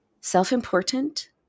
Self-important